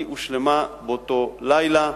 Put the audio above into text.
והיא הושלמה באותו לילה.